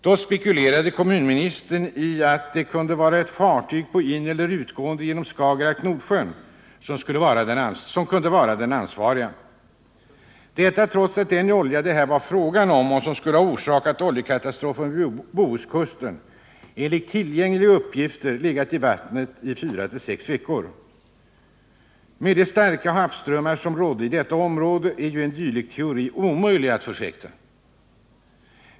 Då spekulerade kommunministern i att det kunde vara ett fartyg på ineller utgående genom Skagerak-Nordsjön, som kunde vara ansvarigt. Detta trots att den olja det här var fråga om och som skulle ha orsakat oljekatastrofen vid Bohuskusten enligt tillgängliga uppgifter legat i vattnet fyra-sex veckor. Med de starka havsströmmar som råder i detta område är ju en dylik teori omöjlig att förfäkta.